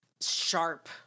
sharp